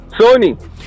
Sony